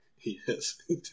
Yes